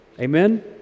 Amen